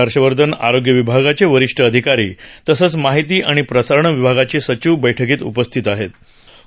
हर्षवंधन आरोग्य विभागाच वरिष्ठ अधिकारी तसंच माहिती आणि प्रसारण विभागाच सचिव बैठकीत उपस्थित आहप्न